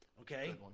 okay